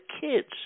kids